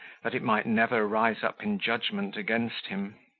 that it might never rise up in judgment against him.